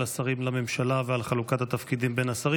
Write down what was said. השרים לממשלה ועל חלוקת התפקידים בין השרים.